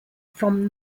from